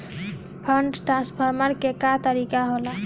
Fund transfer के का तरीका होला?